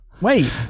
Wait